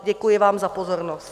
Děkuji vám za pozornost.